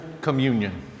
communion